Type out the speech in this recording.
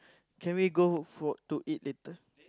can we go for to eat later